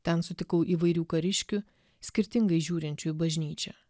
ten sutikau įvairių kariškių skirtingai žiūrinčių į bažnyčią